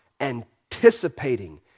anticipating